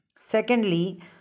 secondly